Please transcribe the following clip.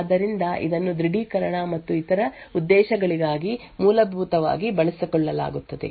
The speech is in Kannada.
ಆದ್ದರಿಂದ ಇದನ್ನು ದೃಢೀಕರಣ ಮತ್ತು ಇತರ ಉದ್ದೇಶಗಳಿಗಾಗಿ ಮೂಲಭೂತವಾಗಿ ಬಳಸಿಕೊಳ್ಳಲಾಗುತ್ತದೆ